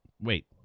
Wait